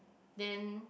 then